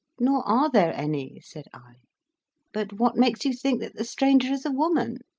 nor are there any, said i but what makes you think that the stranger is a woman?